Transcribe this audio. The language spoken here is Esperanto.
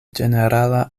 ĝenerala